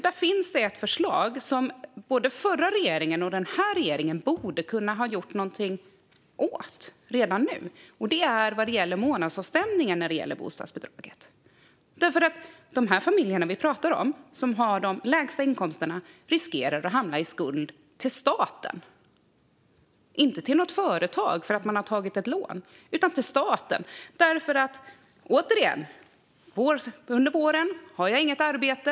Där finns det ett förslag som både den förra regeringen och den här regeringen borde ha kunnat göra något åt redan nu. Det gäller månadsavstämningen av bostadsbidraget. De familjer vi pratar om här, de som har de lägsta inkomsterna, riskerar nämligen att hamna i skuld till staten - inte till något företag för att man tagit ett lån utan till staten. Återigen: Under våren har jag inget arbete.